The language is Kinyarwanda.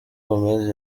gomez